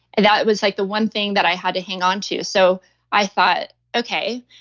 and that was like the one thing that i had to hang on to. so i thought, okay,